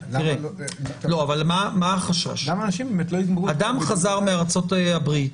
מה החשש --- גם אנשים באמת --- אדם חזר מארצות הברית,